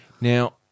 Now-